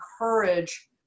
encourage